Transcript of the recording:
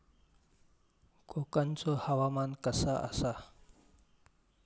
कोकनचो हवामान कसा आसा?